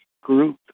group